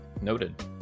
noted